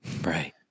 Right